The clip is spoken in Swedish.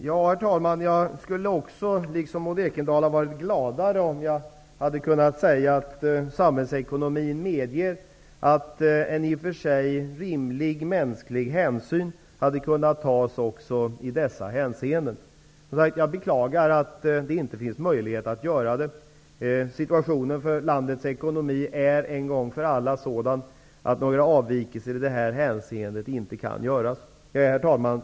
Herr talman! Jag skulle liksom Maud Ekendahl ha varit gladare om jag hade kunnat säga att samhällsekonomin medger att en i och för sig rimlig mänsklig hänsyn hade kunnat tas i detta hänseende. Jag beklagar att det inte finns möjlighet att göra det. Situationen för landets ekonomi är nu sådan att några avvikelser i detta hänseende inte kan göras. Herr talman!